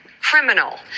criminal